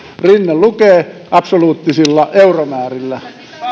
rinne lukee absoluuttisilla euromäärillä